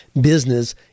business